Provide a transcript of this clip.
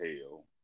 hell